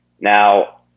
Now